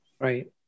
Right